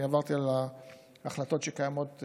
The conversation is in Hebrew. אני עברתי על ההחלטות שקיימות,